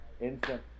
instant